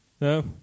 no